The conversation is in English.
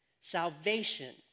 salvation